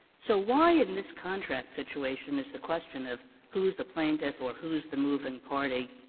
so, why in this contract situation is the question of who's the plaintiff or who's the moving party,